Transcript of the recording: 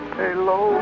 hello